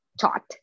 taught